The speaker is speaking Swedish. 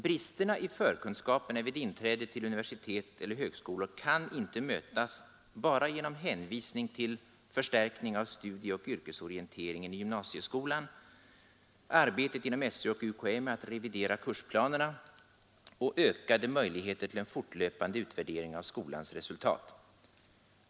Bristerna i förkunskaperna vid inträde vid universitet eller högskolor kan inte mötas bara genom hänvisning till förstärkningen av studieoch yrkesorienteringen i gymnasieskolan, arbetet inom SÖ och UKÄ med att revidera kursplanerna och ökade möjligheter till en fortlöpande utvärdering av skolans resultat.